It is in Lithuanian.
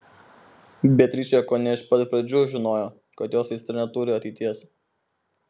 beatričė kone iš pat pradžių žinojo kad jos aistra neturi ateities